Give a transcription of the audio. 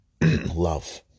love